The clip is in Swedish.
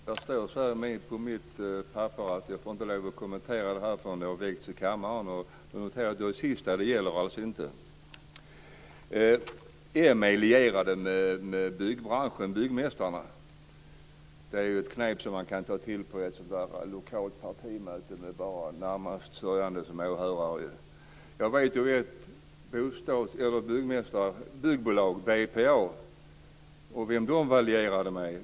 Fru talman! Det står på mitt interpellationssvar att jag inte får kommentera det innan det har lästs upp i kammaren. Jag noterar att det sista i svaret alltså inte gäller. Lars-Erik Lövdén frågar om moderaterna är lierade med byggmästarna. Det är ett knep man kan ta till på ett lokalt partimöte med bara de närmast sörjande som åhörare. Jag vet vilka byggbolaget BPA var lierat med.